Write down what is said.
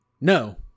no